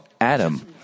Adam